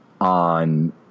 on